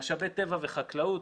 משאבי טבע וחקלאות,